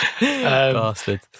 Bastard